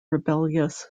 rebellious